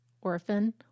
Orphan